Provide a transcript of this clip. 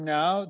now